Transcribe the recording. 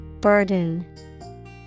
Burden